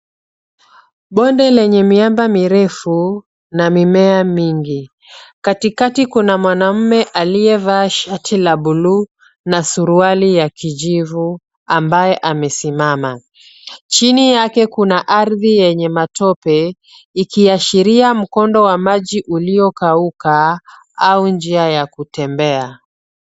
Bonde lenye miamba mirefu na mimea mingi katikati kuna mwanamume aliyevaa shati la buluu na suruali ya kijivu ambaye amesimama. Chini yake kuna ardhi yenye matope ikiashiria mkondo wa maji uliokauka au njia ya kutembea.